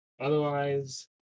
otherwise